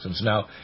Now